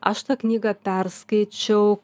aš tą knygą perskaičiau